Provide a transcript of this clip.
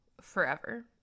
forever